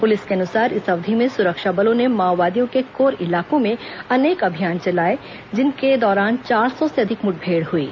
police के अनुसार इस अवधि में सुरक्षा बलों ने माओवादियों के कोर इलाकों में अनेक अभियान चलाए जिनके दौरान चार सौ से अधिक मुठभेड़ हईं